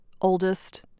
oldest